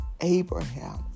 Abraham